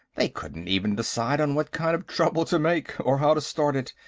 they couldn't even decide on what kind of trouble to make, or how to start it.